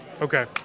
Okay